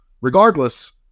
Regardless